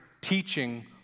teaching